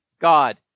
God